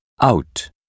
out